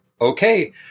okay